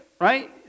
Right